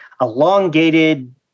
elongated